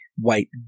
white